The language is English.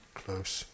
close